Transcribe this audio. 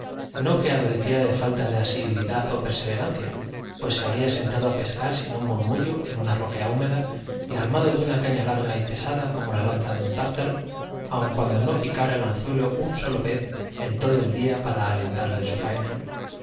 no que adoleciera de falta de asiduidad o perseverancia pues se habría sentado a pescar sin un murmullo en una roca húmeda y armado de una caña larga y pesada como la lanza de un tártaro aun cuando no picara el anzuelo un sólo pez en todo el día para alentarle en su faena